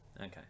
Okay